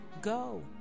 go